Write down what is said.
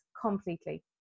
completely